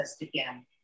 again